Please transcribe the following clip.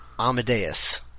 Amadeus